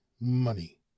money